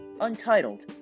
Untitled